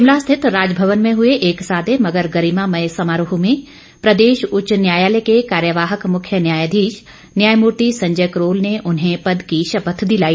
शिमला स्थित राजभवन में हए एक सादे मगर गरिमामय समारोह में प्रदेश उच्च न्यायालय के कार्यवाहक मुख्य न्यायाधीश न्यायमूर्ति संजय करोल ने उन्हें पद की शपथ दिलाई